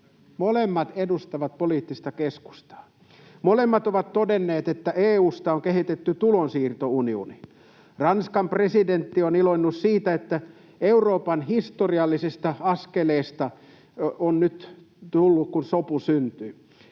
...molemmat edustavat poliittista keskustaa. Molemmat ovat todenneet, että EU:sta on kehitetty tulonsiirtounioni. Ranskan presidentti on iloinnut siitä, että Euroopan historiallinen askel on nyt tullut, kun sopu syntyi.